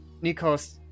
Nikos